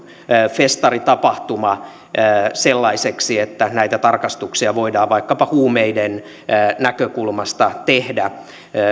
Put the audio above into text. festaritapahtuma sellaiseksi että näitä tarkastuksia voidaan vaikkapa huumeiden näkökulmasta tehdä